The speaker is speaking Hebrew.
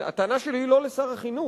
הטענה שלי היא לא לשר החינוך.